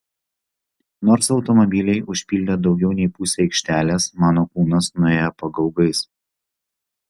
nors automobiliai užpildė daugiau nei pusę aikštelės mano kūnas nuėjo pagaugais